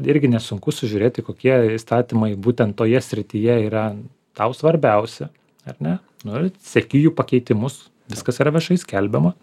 irgi nesunku sužiūrėti kokie įstatymai būtent toje srityje yra tau svarbiausi ar ne nu ir seki jų pakeitimus viskas yra viešai skelbiama